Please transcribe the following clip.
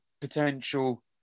potential